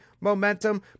momentum